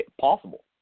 possible